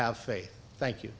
have faith thank you